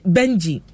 Benji